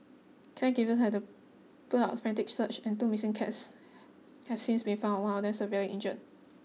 caregivers have put up a frantic search and two missing cats have since been found one of them severely injured